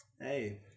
Hey